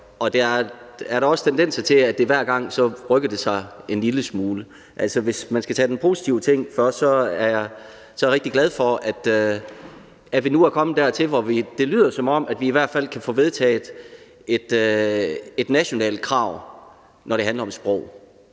er da så også tendenser til, at det hver gang rykker sig en lille smule. Hvis man skal tage den positive ting først, er jeg rigtig glad for, at vi nu er kommet dertil, hvor det lyder, som om vi i hvert fald kan få vedtaget et nationalt krav, når det handler om sprog.